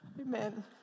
Amen